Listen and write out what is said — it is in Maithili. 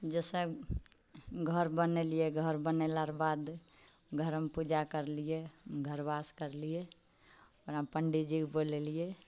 जैसे घर बनेलियै घर बनेला र बाद घरमे पूजा करलियै घरबास करलियै ओकरा मऽ पण्डितजीकेँ बोलेलियै